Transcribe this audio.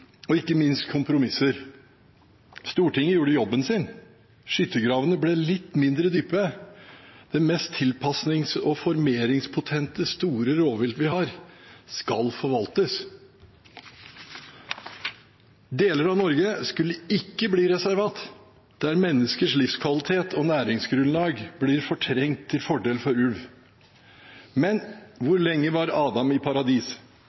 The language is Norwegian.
og ikke minst kompromisser. Stortinget gjorde jobben sin, skyttergravene ble litt mindre dype. Det mest tilpasnings- og formeringspotente store rovviltet vi har, skal forvaltes. Deler av Norge skulle ikke bli reservat, der menneskers livskvalitet og næringsgrunnlag blir fortrengt til fordel for ulv. Men hvor lenge var Adam i